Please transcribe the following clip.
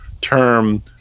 term